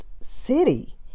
city